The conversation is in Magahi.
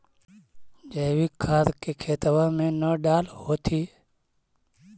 जैवीक खाद के खेतबा मे न डाल होथिं?